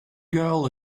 girl